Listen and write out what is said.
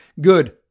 Good